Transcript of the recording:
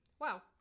Wow